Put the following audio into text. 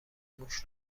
موش